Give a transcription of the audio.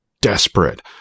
desperate